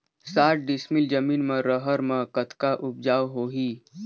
साठ डिसमिल जमीन म रहर म कतका उपजाऊ होही?